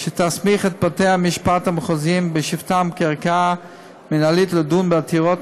שתסמיך את בתי-המשפט המחוזיים בשבתם כערכאה מינהלית לדון בעתירות